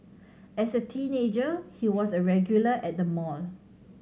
as a teenager he was a regular at the mall